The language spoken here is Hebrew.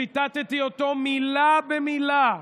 שציטטתי אותו מילה במילה,